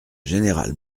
général